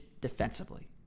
defensively